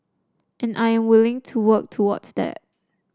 and I am willing to work towards that